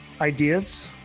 ideas